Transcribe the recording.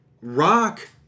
Rock